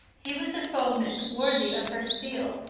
he was a foeman worthy of her steel.